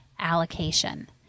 allocation